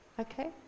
okay